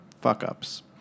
fuck-ups